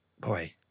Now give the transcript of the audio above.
Boy